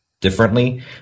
differently